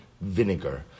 vinegar